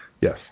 Yes